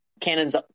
cannons